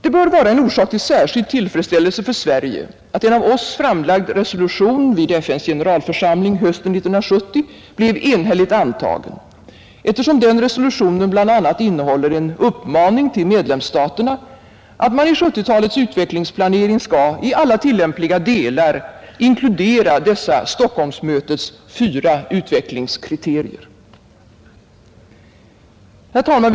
Det bör vara en orsak till särskild tillfredsställelse för Sverige att en av oss framlagd resolution vid FN:s generalförsamling hösten 1970 blev enhälligt antagen, eftersom den resolutionen bl.a. innehåller en uppmaning till medlemsstaterna att man i 1970-talets utvecklingsplanering skall i alla tillämpliga delar inkludera dessa Stockholmsmötets fyra Herr talman!